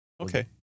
Okay